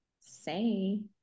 say